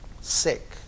sick